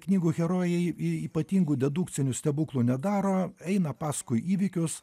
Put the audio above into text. knygų herojai ypatingų dedukcinių stebuklų nedaro eina paskui įvykius